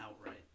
outright